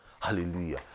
Hallelujah